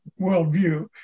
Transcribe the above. worldview